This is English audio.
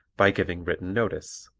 by giving written notice,